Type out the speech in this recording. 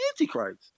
Antichrist